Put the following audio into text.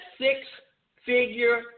six-figure